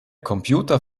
computer